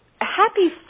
happy